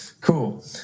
Cool